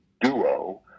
duo